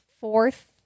fourth